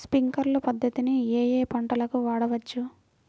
Sprinkler పద్ధతిని ఏ ఏ పంటలకు వాడవచ్చు?